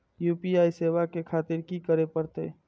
UPI सेवा ले खातिर की करे परते?